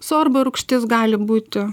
sorbo rūgštis gali būti